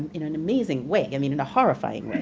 in an amazing way, i mean in a horrifying